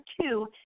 two